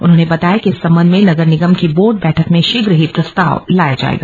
उन्होंने बताया कि इस संबंध में नगर निगम की बोर्ड बैठक में शीघ्र ही प्रस्ताव लाया जायेगा